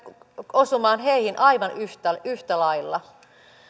osumaan heihin aivan yhtä lailla